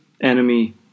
enemy